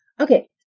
Okay